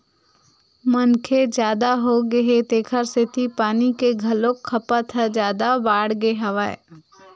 मनखे जादा होगे हे तेखर सेती पानी के घलोक खपत ह जादा बाड़गे गे हवय